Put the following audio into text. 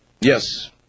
Yes